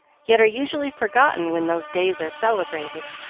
yet are usually forgotten when those days are celebrated.